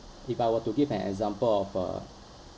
if I were to give an example of a